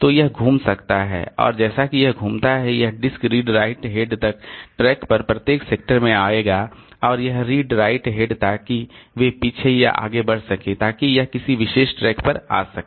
तो यह घूम सकता है और जैसा कि यह घूमता है यह डिस्क रीड राइट हेड एक ट्रैक पर प्रत्येक सेक्टर में आएगा और यह रीड राइट हेड ताकि वे पीछे या आगे बढ़ सकें ताकि यह किसी विशेष ट्रैक पर आ सके